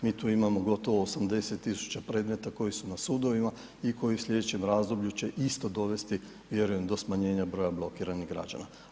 Mi tu imamo gotovo 80 tisuća predmeta koji su na sudovima i koji će u sljedećem razdoblju će isto dovesti vjerujem do smanjenja broja blokiranih građana.